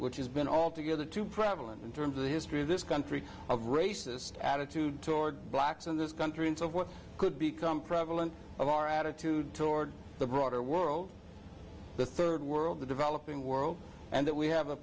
which has been altogether too prevalent in terms of the history of this country of racist attitude toward blacks in this country into what could become prevalent of our attitude toward the broader world the rd world the developing world and that we have a